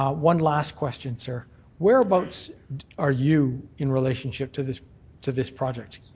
um one last question, sir whereabouts are you in relationship to this to this project?